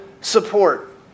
support